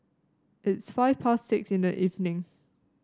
its five past six in the evening